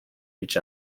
each